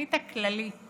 התוכנית הכללית